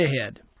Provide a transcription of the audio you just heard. ahead